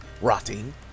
rotting